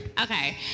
okay